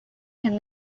can